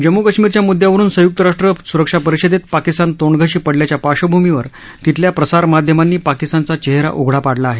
जम्मू कश्मीरच्या मुदद्दयावरून संयुक्त राष्ट्र सुरक्षा परिषदेत पाकिस्तान तोंडघशी पडल्याच्या पार्श्वभूमीवर तिथल्या प्रसारमाध्यमांनी पाकिस्तानचा चेहरा उघडा पाडला आहे